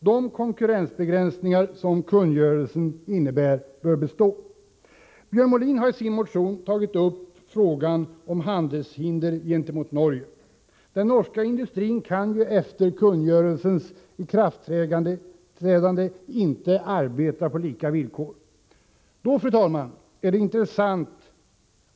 De konkurrensbegränsningar som kungörelsen innebär bör bestå. Björn Molin har i sin motion tagit upp frågan om handelshinder gentemot Norge. Den norska industrin kan efter kungörelsens ikraftträdande inte arbeta på samma villkor.